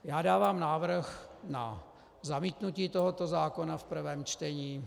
Já dávám návrh na zamítnutí tohoto zákona v prvém čtení.